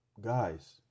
guys